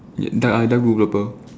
ya dark and dark blue purple